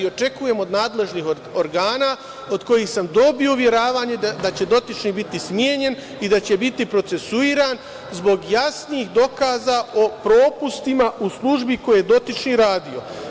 Očekujem od nadležnih organa, od kojih sam dobio uveravanje da će dotični biti smenjen i da će biti procesuiran zbog jasnih dokaza o propustima u službi u kojoj je dotični radio.